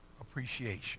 appreciation